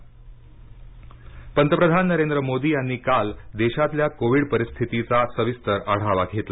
पंतप्रधान आढावा पंतप्रधान नरेंद्र मोदी यांनी काल देशातल्या कोविड स्थितीचा सविस्तर आढावा घेतला